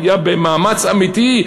במאמץ אמיתי,